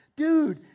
Dude